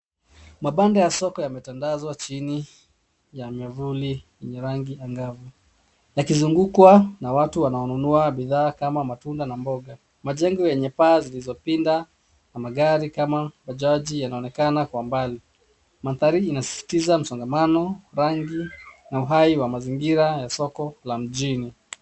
Mabanda ya soko yametandazwa chini ya miavuli yenye rangi angavu yakizungukwa na watu wanaonunua bidhaa kama matunda na mboga . Majengo yenye paa zilizopinda na magari kama Bajaji yanaonekana kwa mbali. Mandhari inasisitiza msongamano, rangi na uhai wa mazingira wa soko la mjini.